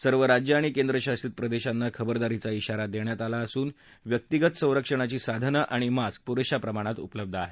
सर्वराज्ये आणि केंद्रशासित प्रदेशांना खबरदारीचा धिारा देण्यात आला असून व्यक्तिगतसंरक्षणाची साधने आणि मास्क पुरेशा प्रमाणात उपलब्ध आहेत